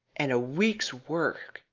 and a week's work!